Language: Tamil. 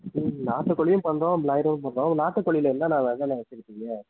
ம் நாட்டுக்கோழியும் பண்ணுறோம் ப்லாயரும் பண்ணுறோம் நாட்டுக்கோழில என்னென்ன வகைலாம் வச்சிருக்கிங்க